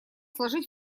сложить